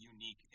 unique